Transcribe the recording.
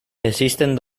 existen